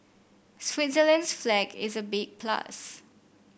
Switzerland's flag is a big plus